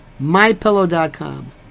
MyPillow.com